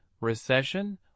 recession